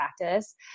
practice